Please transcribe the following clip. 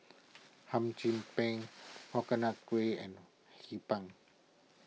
Hum Chim Peng Coconut Kuih and Hee Pan